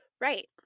Right